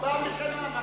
פעם בשנה, מה קרה?